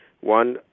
One—